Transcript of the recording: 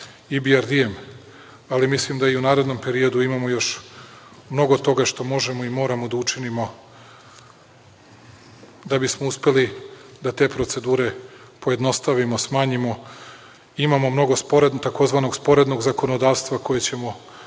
IBRD, ali mislim da i u narednom periodu imamo još mnogo toga što možemo i moramo da učinimo da bismo uspeli da te procedure pojednostavimo, smanjimo. Imamo mnogo tzv. sporednog zakonodavstva koje ćemo morati